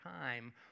time